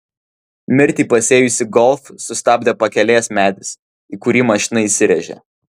mirtį pasėjusį golf sustabdė pakelės medis į kurį mašina įsirėžė